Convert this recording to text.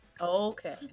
Okay